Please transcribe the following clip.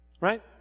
Right